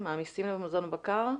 מעמיסים במזון בקר.